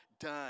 done